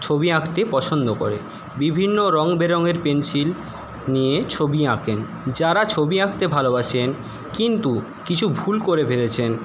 ছবি আঁকতে পছন্দ করে বিভিন্ন রং বেরংয়ের পেনসিল নিয়ে ছবি আঁকেন যাঁরা ছবি আঁকতে ভালোবাসেন কিন্তু কিছু ভুল করে ফেলেছেন